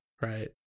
right